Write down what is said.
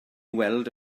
weld